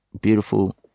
beautiful